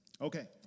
Okay